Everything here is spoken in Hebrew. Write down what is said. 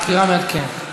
המזכירה מעדכנת.